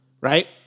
Right